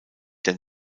der